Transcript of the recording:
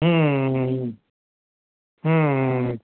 हं हं हं